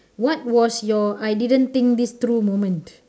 what was your I didn't think this through moment